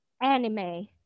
anime